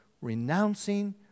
renouncing